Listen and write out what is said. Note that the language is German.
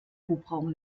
hubraum